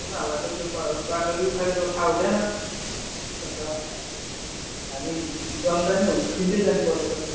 उनीहरूलाई त त्यो बाटोले उफारेको थाह हुँदैन अन्त हामी जनता नै हो उफ्रिँदै जानुपर्ने त